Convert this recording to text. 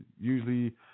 Usually